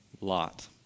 Lot